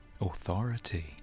authority